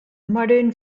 modern